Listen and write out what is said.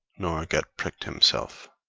nor get pricked himself.